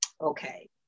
okay